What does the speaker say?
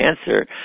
answer